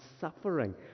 suffering